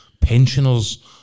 pensioners